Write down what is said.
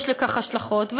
יש לכך השלכות.